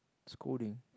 scolding